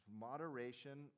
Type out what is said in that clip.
moderation